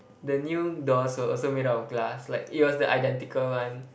the new doors were also made out of glass like it was the identical one